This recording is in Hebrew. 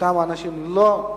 אותם אנשים לא מופיעים,